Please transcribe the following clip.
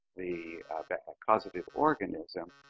the causative organism,